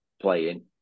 playing